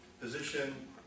position